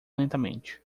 lentamente